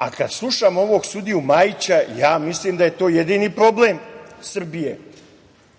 A kada slušamo ovog sudiju Majića, ja mislim da je to jedini problem Srbije,